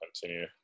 continue